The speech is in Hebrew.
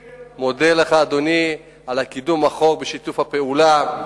אני מודה לך, אדוני, על קידום החוק ושיתוף הפעולה.